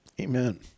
amen